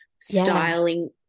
styling